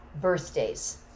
birthdays